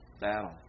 battle